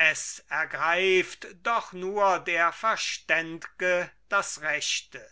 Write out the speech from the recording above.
es ergreift doch nur der verständ'ge das rechte